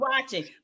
watching